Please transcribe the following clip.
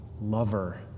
lover